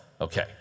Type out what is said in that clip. Okay